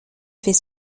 fait